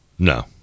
No